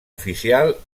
oficial